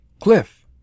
Cliff